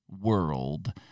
world